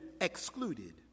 excluded